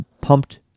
pumped